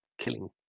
killing